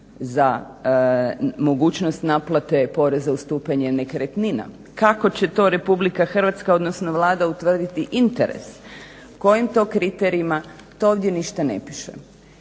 za mogućnost naplate poreza ustupanje nekretnina? Kako će to RH odnosno Vlada utvrditi interes? Kojim to kriterijima? To ovdje ništa ne piše.